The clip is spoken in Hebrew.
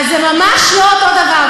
זה ממש לא אותו דבר.